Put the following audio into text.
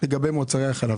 לגבי מוצרי החלב.